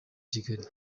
kigali